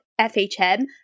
FHM